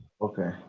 Okay